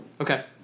Okay